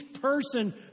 person